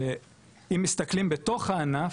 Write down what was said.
שאם מסתכלים בתוך הענף,